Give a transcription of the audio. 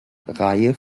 reihe